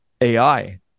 AI